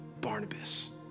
Barnabas